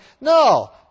No